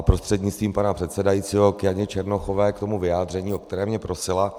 Prostřednictvím pana předsedajícího k Janě Černochové, k tomu vyjádření, o které mě prosila.